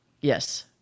Yes